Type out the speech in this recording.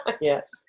Yes